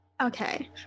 okay